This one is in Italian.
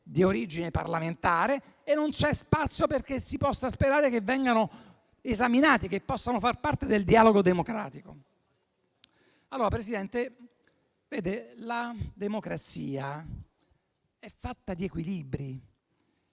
di origine parlamentare e non c'è spazio perché si possa sperare che vengano esaminati, entrando a far parte del dialogo democratico. Presidente, la democrazia è fatta di equilibri.